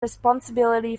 responsibility